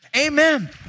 Amen